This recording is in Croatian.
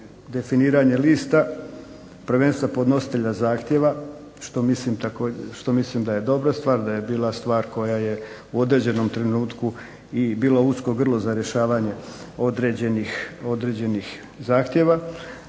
definiranje lista, prvenstva podnositelja zahtjeva što mislim da je dobra stvar, da je bila stvar koja je u određenom trenutku bila usko grlo za rješavanje određenih zahtjev.